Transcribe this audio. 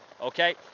Okay